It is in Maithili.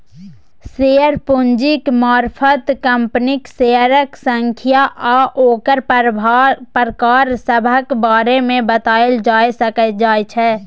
शेयर पूंजीक मारफत कंपनीक शेयरक संख्या आ ओकर प्रकार सभक बारे मे बताएल जाए सकइ जाइ छै